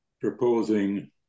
proposing